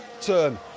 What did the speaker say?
turn